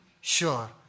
sure